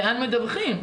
לאן מדווחים.